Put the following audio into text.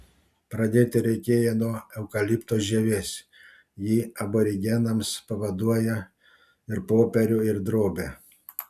pradėti reikėjo nuo eukalipto žievės ji aborigenams pavaduoja ir popierių ir drobę